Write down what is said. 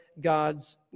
God's